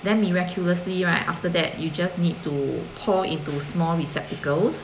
then miraculously right after that you just need to pour into small receptacles